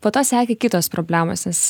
po to sekė kitos problemos nes